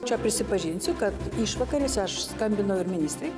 čia prisipažinsiu kad išvakarėse aš skambinau ir ministrei